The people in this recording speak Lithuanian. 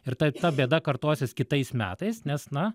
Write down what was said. ir tai ta bėda kartosis kitais metais nes na